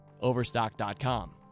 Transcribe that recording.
Overstock.com